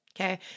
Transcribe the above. Okay